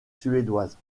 suédoise